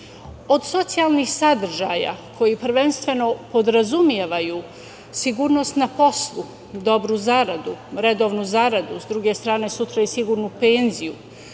socijalnih sadržaja koji prvenstveno podrazumevaju sigurnost na poslu, dobru zaradu, redovnu zaradu, sa druge strane sutra i sigurnu penzije,